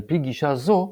על פי גישה זו,